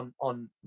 on